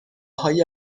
های